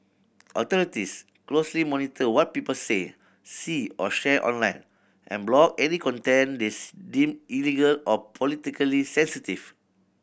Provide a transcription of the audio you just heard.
authorities closely monitor what people say see or share online and block any content they deem illegal or politically sensitive